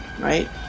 right